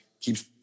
keeps